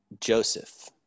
Joseph